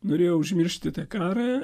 norėjo užmiršti tą karą